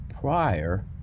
prior